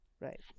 Right